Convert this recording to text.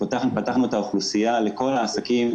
פתחנו את האוכלוסייה לכל העסקים.